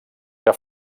que